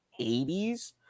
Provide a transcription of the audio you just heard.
80s